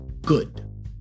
good